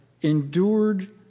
endured